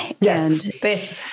Yes